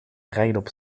rechtop